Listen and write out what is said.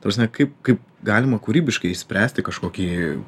ta prasme kaip kaip galima kūrybiškai išspręsti kažkokį